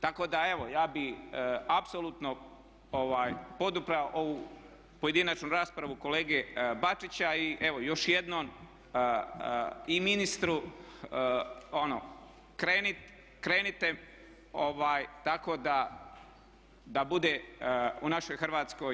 Tako da evo ja bih apsolutno podupro ovu pojedinačnu raspravu kolege Bačića i evo još jednom i ministru ono krenite tako da bude u našoj Hrvatskoj